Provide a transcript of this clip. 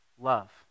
love